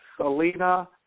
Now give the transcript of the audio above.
selena